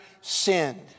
sinned